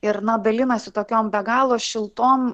ir na dalinasi tokiom be galo šiltom